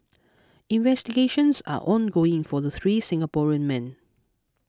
investigations are ongoing for the three Singaporean men